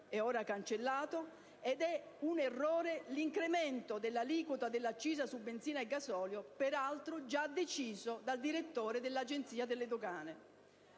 e ora cancellato - ed è un errore l'incremento dell'aliquota dell'accisa su benzina e gasolio, peraltro già deciso dal direttore dell'Agenzia delle dogane.